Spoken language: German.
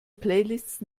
playlists